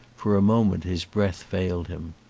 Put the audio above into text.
for a moment his breath failed him.